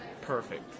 Perfect